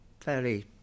fairly